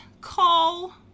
call